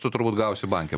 tu turbūt gausi banke